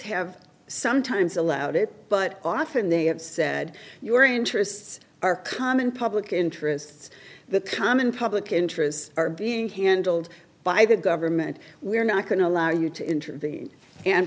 have sometimes allowed it but often they have said your interests our common public interests the common public interest are being handled by the government we're not going to allow you to intervene and